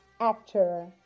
actor